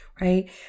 right